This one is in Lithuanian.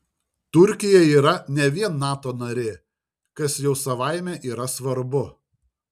turkija yra ne vien nato narė kas jau savaime yra svarbu